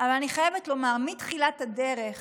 אבל אני חייבת לומר שמתחילת הדרך